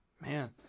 Man